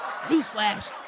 newsflash